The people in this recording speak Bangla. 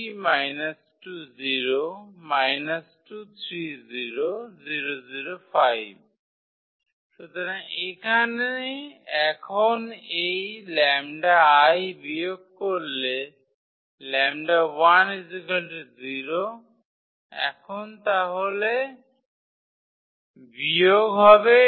সুতরাং এখানে এখন এই 𝜆𝐼 বিয়োগ করলে 𝜆1 1 এখন তাহলে I বিয়োগ হবে